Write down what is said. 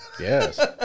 yes